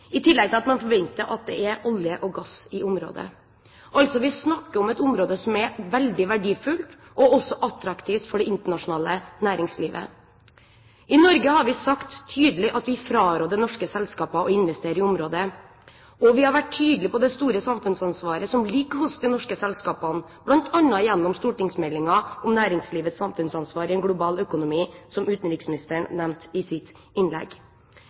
i tillegg til at man forventer at det er olje og gass i området. Altså: Vi snakker om et område som er veldig verdifullt og også attraktivt for det internasjonale næringslivet. I Norge har vi sagt tydelig at vi fraråder norske selskaper å investere i området, og vi har vært tydelig på det store samfunnsansvaret som ligger hos de norske selskapene, bl.a. gjennom stortingsmeldingen om næringslivets samfunnsansvar i en global økonomi, som utenriksministeren nevnte i sitt innlegg.